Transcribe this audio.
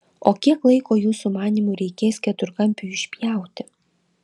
o kiek laiko jūsų manymu reikės keturkampiui išpjauti